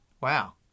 Wow